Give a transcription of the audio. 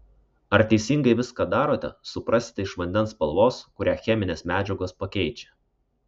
ar teisingai viską darote suprasite iš vandens spalvos kurią cheminės medžiagos pakeičia